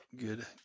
Good